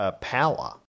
power